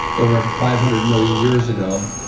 over five hundred million years ago,